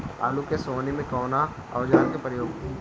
आलू के सोहनी में कवना औजार के प्रयोग होई?